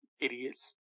idiots